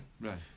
Right